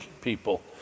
people